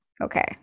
Okay